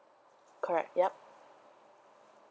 correct yup